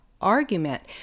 argument